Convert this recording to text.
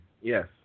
Yes